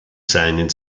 seinen